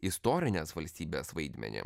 istorinės valstybės vaidmenį